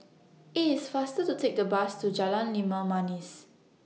IT IS faster to Take A Bus to Jalan Limau Manis